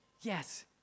Yes